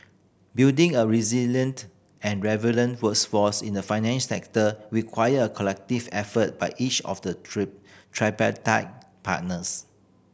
building a resilient and workforce in the financial sector require a collective effort by each of the tripartite partners